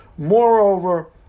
moreover